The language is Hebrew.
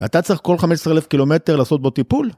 אתה צריך כל 15,000 קילומטר לעשות בו טיפול?